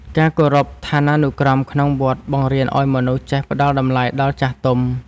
ការគោរពឋានានុក្រមក្នុងវត្ត បង្រៀនឱ្យមនុស្សចេះផ្តល់តម្លៃដល់ចាស់ទុំ។